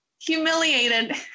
humiliated